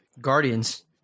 Guardians